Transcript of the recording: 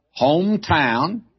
hometown